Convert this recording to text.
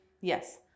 yes